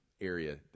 area